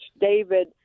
David